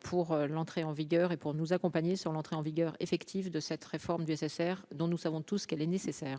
pour l'entrée en vigueur, et pour nous accompagner sur l'entrée en vigueur effective de cette réforme nécessaire, dont nous savons tous qu'elle est nécessaire.